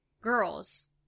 girls